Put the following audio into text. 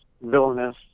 villainous